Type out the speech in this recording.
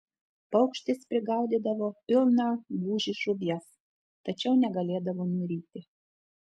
paukštis prigaudydavo pilną gūžį žuvies tačiau negalėdavo nuryti